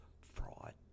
fraud